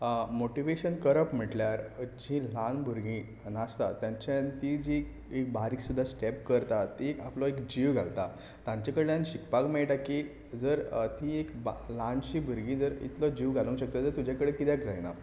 motivation करप म्हटल्यार जीं ल्हान भुरगीं नासता तेंच्यान तीं जीं एक बारीक सुद्दां स्टॅप करतात तीं एक आपलो एक जीव घालता तांचे कडल्यान शिकपाक मेळटा की जर तीं एक बा ल्हानशीं भुरगीं जर इतलो जीव घालूंक शकता जाल्या तुज्या कडेन किद्याक जायना